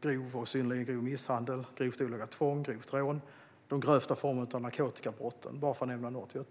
grov och synnerligen grov misshandel, grovt olaga tvång, grovt rån och de grövsta formerna av narkotikabrott, för att bara nämna några.